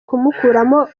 kumukuramo